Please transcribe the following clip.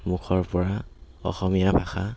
মুখৰ পৰা অসমীয়া ভাষা